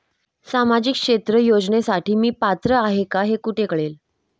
सामाजिक क्षेत्र योजनेसाठी मी पात्र आहे का हे कुठे कळेल?